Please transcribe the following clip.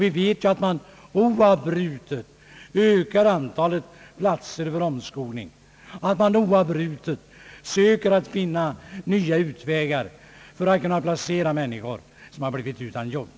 Vi vet ju att man oavbrutet ökar antalet platser för omskolning och att man oavbrutet försöker finna nya utvägar för att kunna placera människor, som blir utan arbete.